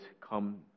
come